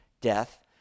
death